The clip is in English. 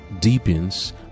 deepens